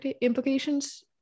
implications